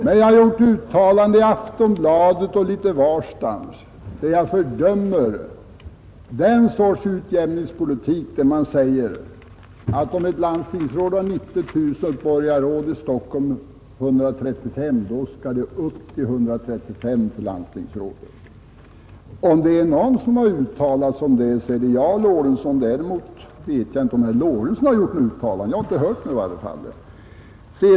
Men jag har gjort uttalanden i Aftonbladet och litet varstans där jag fördömer den sortens utjämningspolitik som går ut på att om ett landstingsråd har 90 000 kronor i årslön och ett borgarråd i Stockholm 135 000 kronor, då skall också landstingsrådet ha 135 000 kronor. Om det är någon som har uttalat sig om det så är det jag, herr Lorentzon. Däremot vet jag inte om herr Lorentzon har gjort några uttalanden. I varje fall har inte jag hört talas om det.